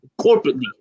corporately